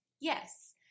Yes